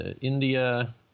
India